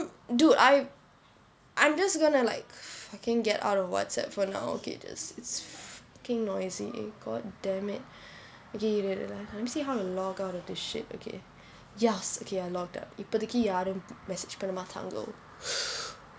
dude I I'm just gonna like fucking get out of WhatsApp for now okay I just it's fucking noisy god dammit okay okay okay wait ah let me see how you log out of this shit okay yes okay I logged out இப்போதைக்கு யாரும்:ippothaikku yaarum message பண்ண மாட்டாங்கோ:panna maataango